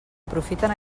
aprofiten